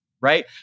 right